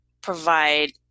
provide